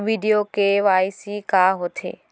video KYC का होथे